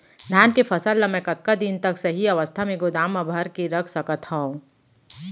धान के फसल ला मै कतका दिन तक सही अवस्था में गोदाम मा भर के रख सकत हव?